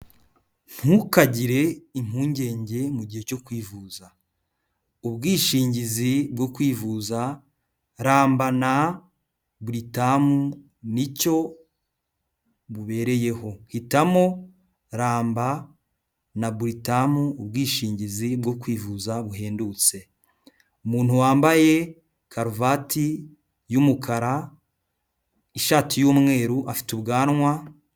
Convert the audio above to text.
Ntukagire impungenge mu gihe cyo kwivuza, ubwishingizi bwo kwivuza ramba na Britam n'icyo bubereyeho, hitamo ramba na Britam ubwishingizi bwo kwivuza buhendutse. Umuntu wambaye karuvati y'umukara, ishati y'umweru afite ubwanwa.